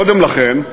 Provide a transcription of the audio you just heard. קודם לכן,